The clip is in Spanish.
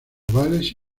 ovales